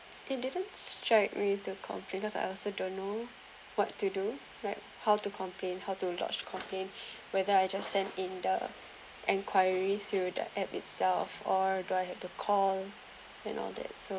it didn't check me to confidence I also don't know what to do like how to complain how to lodge complain whether I just send in the inquiries through the app itself or do I have to call you know that so